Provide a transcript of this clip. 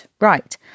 Right